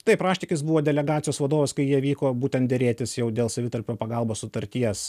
taip raštikis buvo delegacijos vadovas kai jie vyko būtent derėtis jau dėl savitarpio pagalbos sutarties